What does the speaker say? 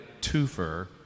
twofer